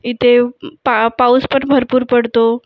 इथे पा पाऊस पण भरपूर पडतो